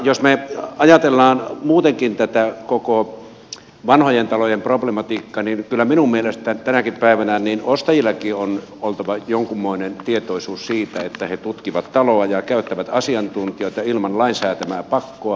jos me ajattelemme muutenkin tätä koko vanhojen talojen problematiikkaa niin kyllä minun mielestäni tänäkin päivänä ostajillakin on oltava jonkunmoinen tietoisuus siitä että he tutkivat taloa ja käyttävät asiantuntijoita ilman lain säätämää pakkoa